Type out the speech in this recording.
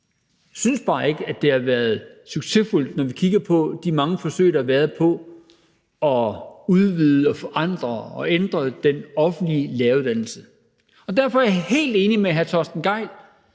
Jeg synes bare ikke, det har været succesfuldt, når vi kigger på de mange forsøg, der har været på at få udvidet og forandret og ændret den offentlige læreruddannelse. Derfor er jeg helt enig med hr. Torsten Gejl